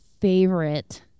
favorite